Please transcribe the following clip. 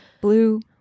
Blue